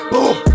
Boom